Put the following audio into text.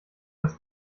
das